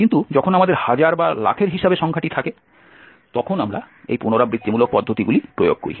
কিন্তু যখন আমাদের হাজার বা লাখের হিসাবে সংখ্যাটি থাকে তখন আমরা এই পুনরাবৃত্তিমূলক পদ্ধতিগুলি প্রয়োগ করি